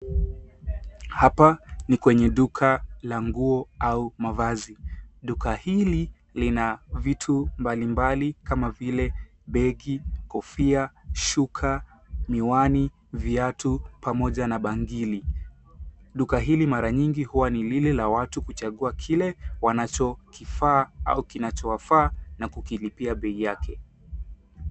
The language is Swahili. Hapa ni kwenye duka la nguo au mavazi. Duka hili lina vitu mbalimbali kama vile begi, kofia, shuka, miwani, viatu pamoja na bangili. Duka hili mara nyingi huwa ni lile la watu kuchagua kile wanachokifaa au kinachowafaa na kukilipia bei yake.